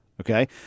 Okay